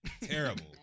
Terrible